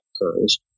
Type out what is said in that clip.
occurs